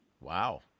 Wow